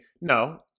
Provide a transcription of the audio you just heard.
no